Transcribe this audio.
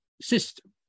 system